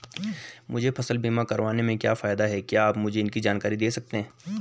मुझे फसल बीमा करवाने के क्या फायदे हैं क्या आप मुझे इसकी जानकारी दें सकते हैं?